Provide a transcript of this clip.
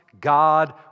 God